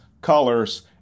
colors